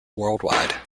worldwide